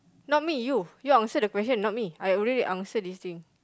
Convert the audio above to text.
not me you you answer the question not me I already answer this thing